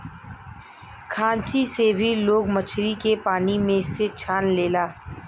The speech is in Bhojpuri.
खांची से भी लोग मछरी के पानी में से छान लेला